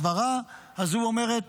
ככה הסברה הזו אומרת,